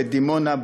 בדימונה,